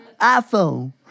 iPhone